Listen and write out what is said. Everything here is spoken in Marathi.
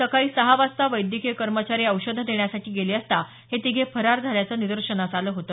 सकाळी सहा वाजता वैद्यकीय कर्मचारी औषधं देण्यासाठी गेले असता हे तिघे फरार झाल्याचे निदर्शनास आलं होत